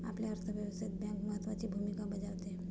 आपल्या अर्थव्यवस्थेत बँक महत्त्वाची भूमिका बजावते